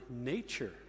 nature